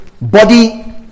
body